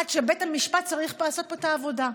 עד שבית המשפט צריך לעשות פה את העבודה.